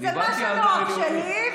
מה שנוח, שלי.